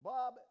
Bob